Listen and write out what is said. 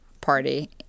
party